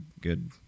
good